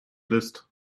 list